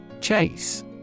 Chase